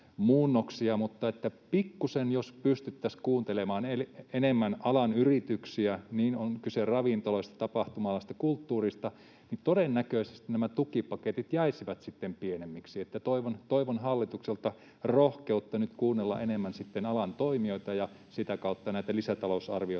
että jos pystyttäisiin kuuntelemaan pikkuisen enemmän alan yrityksiä, on kyse ravintoloista, tapahtuma-alasta, kulttuurista, niin todennäköisesti nämä tukipaketit jäisivät sitten pienemmiksi. Toivon hallitukselta rohkeutta nyt kuunnella enemmän sitten alan toimijoita, ja sitä kautta näitä lisätalousarvioita